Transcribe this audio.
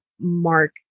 mark